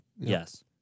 Yes